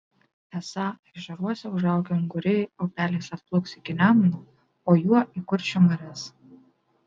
esą ežeruose užaugę unguriai upeliais atplauks iki nemuno o juo į kuršių marias